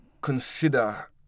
consider